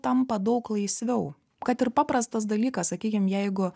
tampa daug laisviau kad ir paprastas dalykas sakykim jeigu